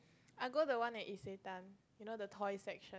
I go the one at Isetan you know the toy section